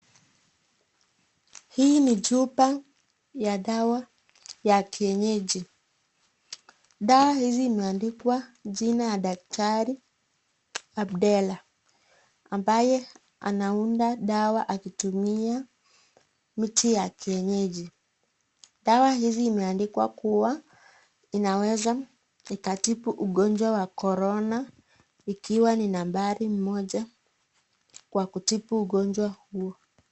Hii ni chupa ya dawa ya kienyeji. Dawa hizi imeandikwa jina ya daktari, Abdela ambaye anaunda dawa akitumia miti ya kienyeji. Dawa hizi imeandikwa kuwa, inaweza ikatibu ugonjwa wa Korona, ikiwa ni nambari moja kwa kutibu ugonjwa huo.